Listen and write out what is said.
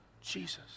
Jesus